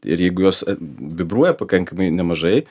ir jeigu jos vibruoja pakankamai nemažai